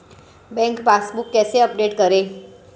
Bank passbook कैसे update करें?